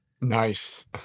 Nice